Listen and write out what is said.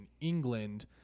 England